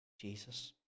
Jesus